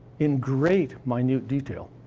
in great minute detail.